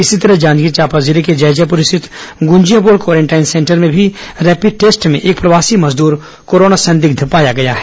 इसी तरह जांजगीर चांपा जिले के जैजैपुर स्थित गुजियाबोड़ क्वारेंटाइन सेंटर में भी रैपिड टेस्ट में एक प्रवासी मजदूर कोरोना संदिग्ध पाया गया है